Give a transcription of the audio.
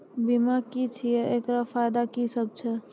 बीमा की छियै? एकरऽ फायदा की सब छै?